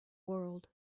world